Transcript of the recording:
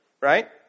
right